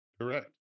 Correct